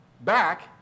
back